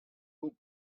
two